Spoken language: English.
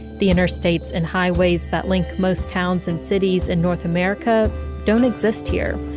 the interstates and highways that link most towns and cities in north america don't exist here.